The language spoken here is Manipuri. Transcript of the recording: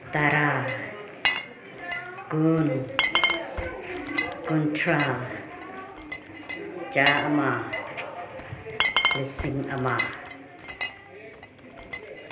ꯇꯔꯥ ꯀꯨꯟ ꯀꯨꯟꯊ꯭ꯔꯥ ꯆꯥ ꯑꯃ ꯂꯤꯁꯤꯡ ꯑꯃ